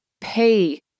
pay